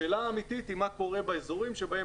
השאלה האמיתית היא מה קורה באזורים בהם